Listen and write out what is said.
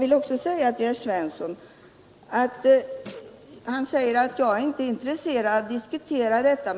Vidare säger herr Svensson att jag inte är intresserad av att diskutera principer.